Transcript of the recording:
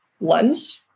lens